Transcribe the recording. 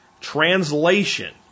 Translation